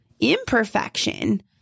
imperfection